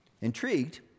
Intrigued